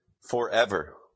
forever